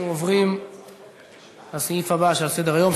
עוברים לסעיף הבא שעל סדר-היום.